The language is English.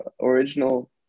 original